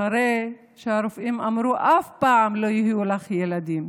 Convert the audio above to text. אחרי שהרופאים אמרו: אף פעם לא יהיו לך ילדים.